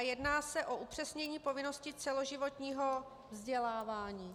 Jedná se o upřesnění povinnosti celoživotního vzdělávání.